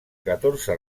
catorze